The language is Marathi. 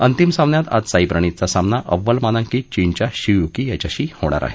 अंतिम सामन्यात आज साईप्रणीतचा सामना अव्वल मानांकित चीनच्या शी युकी याच्याशी होणार आहे